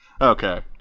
Okay